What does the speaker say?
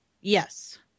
Yes